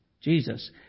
Jesus